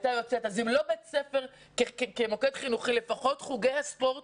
אם לא בית הספר אז לפחות שחוגי הספורט,